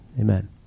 Amen